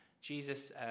Jesus